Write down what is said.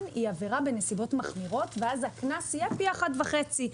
היא עבירה בנסיבות מחמירות ואז הקנס יהיה פי אחד וחצי.